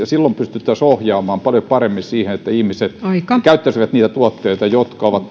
silloin pystyttäisiin ohjaamaan paljon paremmin siihen että ihmiset käyttäisivät niitä tuotteita jotka ovat